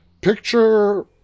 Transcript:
Picture